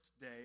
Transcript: day